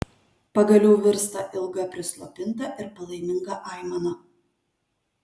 pagaliau virsta ilga prislopinta ir palaiminga aimana